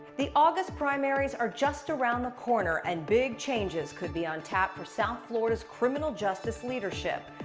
the august primaries are just around the corner and big changes could be on tap for so florida's criminal justice leadership.